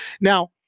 Now